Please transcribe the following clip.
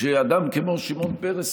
שאדם כמו שמעון פרס,